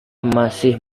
masih